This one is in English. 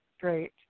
Great